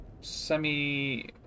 semi